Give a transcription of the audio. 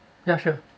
ya sure